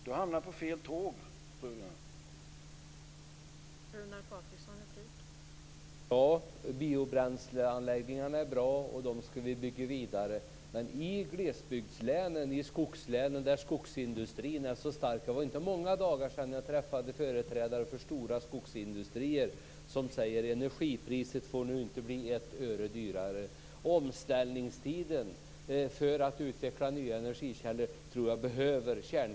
Du har hamnat på fel tåg, Runar.